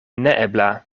neebla